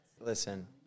Listen